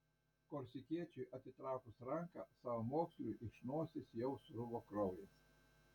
korsikiečiui atitraukus ranką savamoksliui iš nosies jau sruvo kraujas